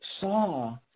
saw